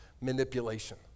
manipulation